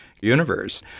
universe